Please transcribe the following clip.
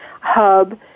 hub